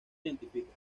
identifica